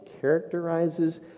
characterizes